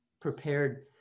prepared